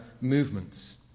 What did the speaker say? movements